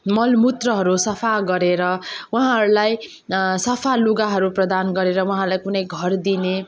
मल मुत्रहरू सफा गरेर उहाँहरूलाई सफा लुगाहरू प्रदान गरेर उहाँलाई कुनै घर दिने